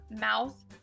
mouth